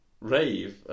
rave